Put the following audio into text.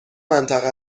منطقه